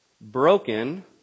broken